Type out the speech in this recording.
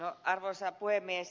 arvoisa puhemies